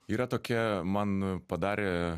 yra tokia man padarė